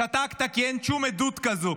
שתקת, כי אין שום עדות כזאת.